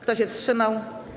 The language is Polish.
Kto się wstrzymał?